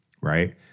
right